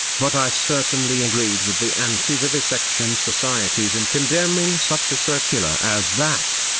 but i certainly agreed with the anti-vivisection societies in condemning such a circular as that.